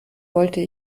wollte